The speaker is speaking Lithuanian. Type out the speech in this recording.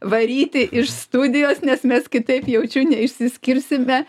varyti iš studijos nes mes kitaip jaučiu neišsiskirsime